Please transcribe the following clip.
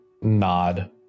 nod